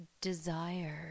desire